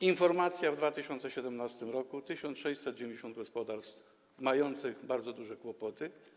Informacja z 2017 r.: 1690 gospodarstw ma bardzo duże kłopoty.